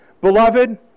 Beloved